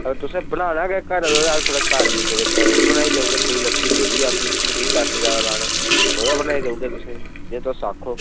अगर तुसें बनाना गै घरे दा गै अस थोह्ड़ा घरा दा गै बनाई देगे अस थोह्ड़ा बनाई देई औड़गे तुसेंगी जे तुस आक्खो